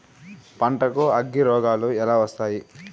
పంటకు అగ్గిరోగాలు ఎలా వస్తాయి?